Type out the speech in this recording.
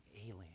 alien